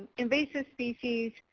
invasive species.